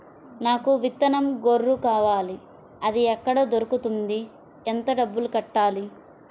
నాకు విత్తనం గొర్రు కావాలి? అది ఎక్కడ దొరుకుతుంది? ఎంత డబ్బులు కట్టాలి?